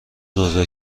بزرگ